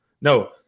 no –